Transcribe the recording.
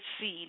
seed